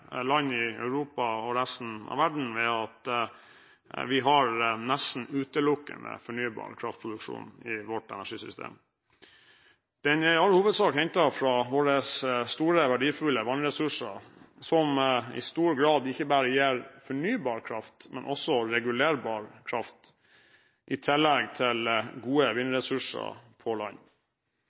land i Europa og resten av verden ved at vi har nesten utelukkende fornybar kraftproduksjon i vårt energisystem. Den er i all hovedsak hentet fra våre store, verdifulle vannressurser, som i stor grad ikke bare gir fornybar kraft, men også regulerbar kraft i tillegg til gode vindressurser på land.